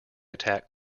attack